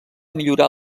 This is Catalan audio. millorar